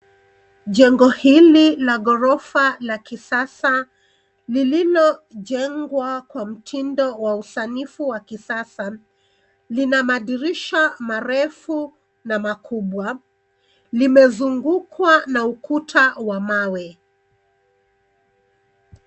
Jengo hili la ghorofa la kisasa lililojengwa kwa mtindo wa usanifu wa kisasa, lina madirisha marefu na makubwa limezungukwa na ukuta wa mawe.